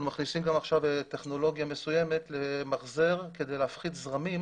אנחנו מכניסים עכשיו טכנולוגיה מסוימת למחזר כדי להפחית זרמים